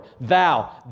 Thou